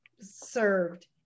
served